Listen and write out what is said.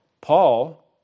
Paul